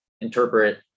interpret